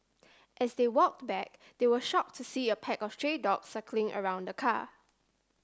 as they walked back they were shocked to see a pack of stray dogs circling around the car